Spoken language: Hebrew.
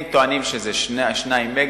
הם טוענים שזה 2 מגה,